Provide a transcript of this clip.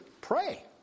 Pray